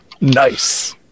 Nice